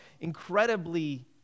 incredibly